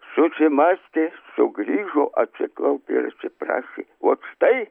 susimąstė sugrįžo atsiklaupė ir atsiprašė ot štai